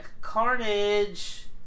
carnage